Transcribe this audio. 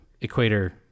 equator